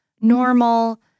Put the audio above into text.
normal